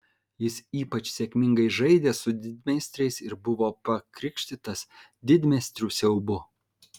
jis ypač sėkmingai žaidė su didmeistriais ir buvo pakrikštytas didmeistrių siaubu